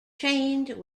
trained